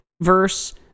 verse